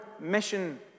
mission